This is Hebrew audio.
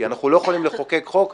כי אנחנו לא יכולים לחוקק חוק,